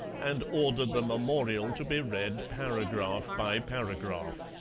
and ordered the memorial to be read paragraph by paragraph.